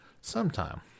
sometime